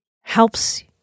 helps